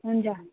हुन्छ